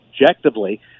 objectively